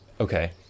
Okay